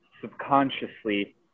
subconsciously